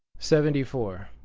seventy four.